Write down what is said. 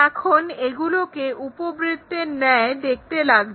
এখন এগুলোকে উপবৃত্তের ন্যায় দেখতে লাগছে